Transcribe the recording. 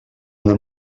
una